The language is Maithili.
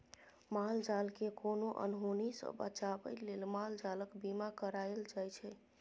माल जालकेँ कोनो अनहोनी सँ बचाबै लेल माल जालक बीमा कराएल जाइ छै